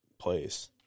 place